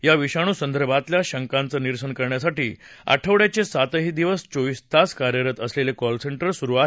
या विषाणू संदर्भातल्या शंकाचं निरसन करण्यासाठी आठवड्याये सातही दिवस चोवीस तास कार्यरत असलेलं कॉल सेंटर सुरू केलं आहे